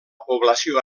població